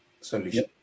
solution